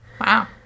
Wow